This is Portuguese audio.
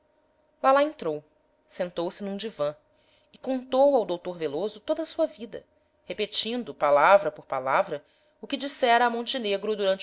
lalá entrou sentou-se num divã e contou ao doutor veloso toda a sua vida repetindo palavra por palavra o que dissera a montenegro